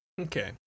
okay